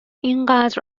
اینقدر